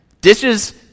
dishes